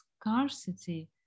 scarcity